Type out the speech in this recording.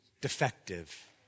defective